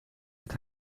het